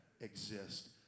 exist